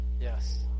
Yes